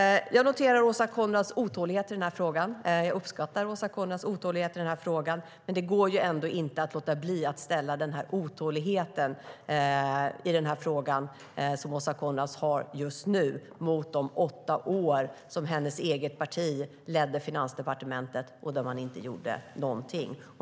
Jag noterar Åsa Coenraads otålighet i frågan. Jag uppskattar Åsa Coenraads otålighet i frågan. Men det går ändå inte att låta bli att ställa otåligheten i frågan som Åsa Coenraads har just nu mot de åtta år som hennes eget parti ledde Finansdepartementet och inte gjorde någonting.